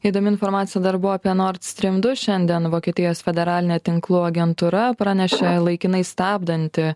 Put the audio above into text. įdomi informacija dar buvo apie nord strym du šiandien vokietijos federalinė tinklų agentūra pranešė laikinai stabdanti